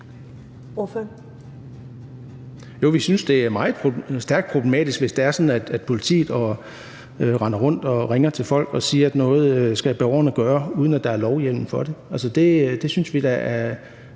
vi synes, det er stærkt problematisk, hvis det er sådan, at politiet render rundt og ringer til folk og siger, at borgerne skal gøre noget, uden der er lovhjemmel for det. Altså, det synes vi da er